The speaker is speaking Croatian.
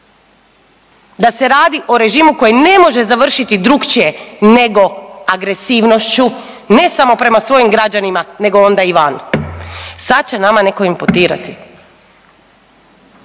da se radi o režimu koji ne može završiti drukčije nego agresivnošću ne samo prema svojim građanima nego onda i van. Sad će nama netko imputirati